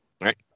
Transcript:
right